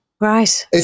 Right